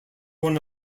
one